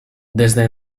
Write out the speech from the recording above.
desde